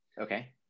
Okay